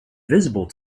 visible